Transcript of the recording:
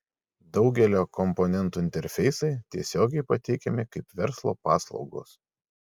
daugelio komponentų interfeisai tiesiogiai pateikiami kaip verslo paslaugos